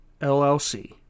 LLC